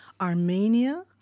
Armenia